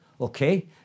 okay